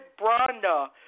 Branda